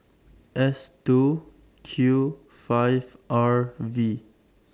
S two Q five R V